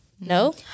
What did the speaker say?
No